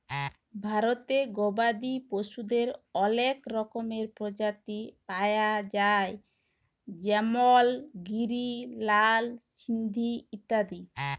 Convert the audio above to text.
ভারতে গবাদি পশুদের অলেক রকমের প্রজাতি পায়া যায় যেমল গিরি, লাল সিন্ধি ইত্যাদি